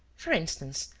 for instance,